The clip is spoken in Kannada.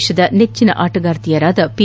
ದೇಶದ ನೆಚ್ಚಿನ ಆಟಗಾರ್ತಿಯರಾದ ಪಿ